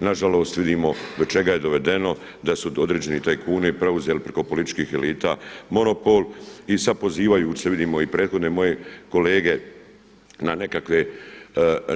Nažalost, vidimo do čega je dovedeno, da su određeni tajkuni preuzeli preko političkih elita monopol i sada pozivajuć se vidimo prethodne moje kolege na nekakve